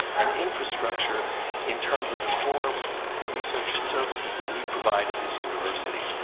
and infrastructure in terms of the core research services that we provide at this university.